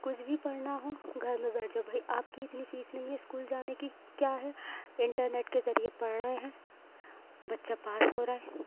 کچھ بھی پڑھنا ہو گھر میں بیٹھ جاؤ بھائی آپ کی اتنی فیس نہیں ہے اسکول جانے کی کیا ہے انٹرنیٹ کے ذریعے پڑھ رہے ہیں بچہ پاس ہو رہا ہے